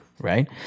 right